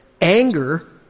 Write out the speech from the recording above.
Anger